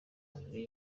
majwi